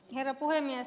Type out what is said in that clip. herra puhemies